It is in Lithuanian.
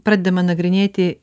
pradedama nagrinėti